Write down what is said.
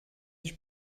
ich